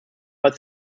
als